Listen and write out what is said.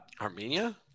armenia